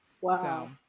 wow